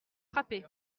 frappés